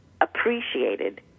appreciated